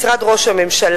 משרד ראש הממשלה,